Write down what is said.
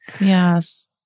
Yes